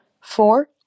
Four